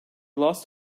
lost